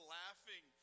laughing